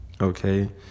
Okay